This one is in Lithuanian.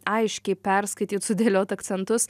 aiškiai perskaityt sudėliot akcentus